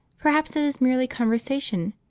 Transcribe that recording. perhaps it is merely conversation.